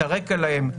את הרקע להן,